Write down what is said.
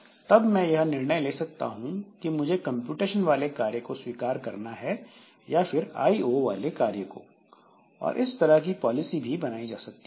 और तब मैं यह निर्णय ले सकता हूं कि मुझे कंप्यूटेशन वाले कार्य को स्वीकार करना है या फिर आईओ वाले कार्य को और इस तरह की पॉलिसी भी बनाई जा सकती है